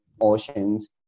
Oceans